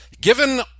given